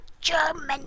German